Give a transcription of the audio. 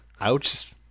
ouch